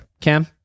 Cam